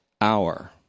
hour